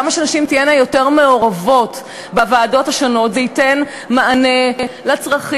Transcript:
כמה שנשים תהיינה מעורבות יותר בוועדות השונות זה ייתן מענה לצרכים,